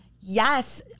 Yes